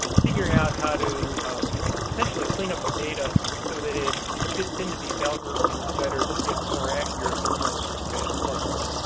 figuring out how to essentially clean up the data so that it fits into these algorithms better to get more accurate results of spatial clusters.